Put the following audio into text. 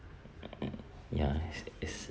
ya is is